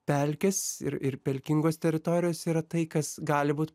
pelkes ir ir pelkingos teritorijos yra tai kas gali būt